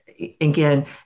again